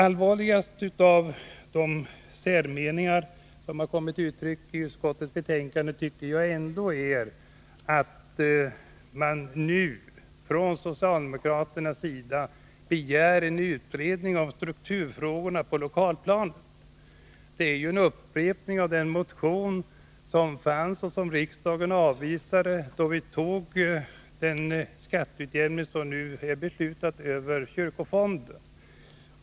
Allvarligast av de särmeningar som har kommit till uttryck i utskottets betänkande tycker jag ändå är socialdemokraternas begäran om en utredning av strukturfrågorna på lokalplanet. Det är ju en upprepning av den motion som förelåg och som riksdagen avvisade när vi godtog den skatteutjämning över kyrkofonden som nu är beslutad.